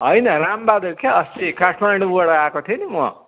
हैन रामबहादुर क्या अस्ति काठमाडौँबाट आएको थिएँ नि म